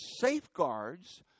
safeguards